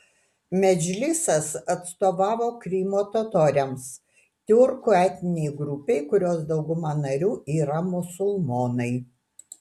medžlisas atstovavo krymo totoriams tiurkų etninei grupei kurios dauguma narių yra musulmonai